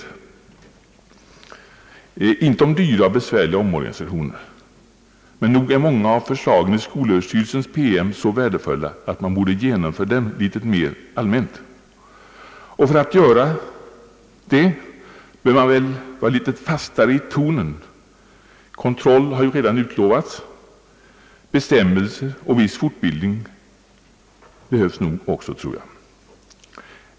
De gäller inte dyra och besvärliga omorganisationer, men nog är många av förslagen i skolöverstyrelsens PM så värdefulla att man borde genomföra dem litet mer allmänt. För att göra det bör man väl vara litet fastare i tonen. Kontroll har redan utlovats. Bestämmelser och viss fortbildning behövs nog också.